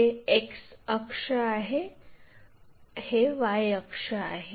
हे X अक्ष आहे Y अक्ष आहे